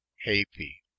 happy